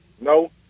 No